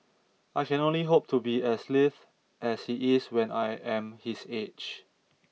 I can only hope to be as lithe as he is when I am his age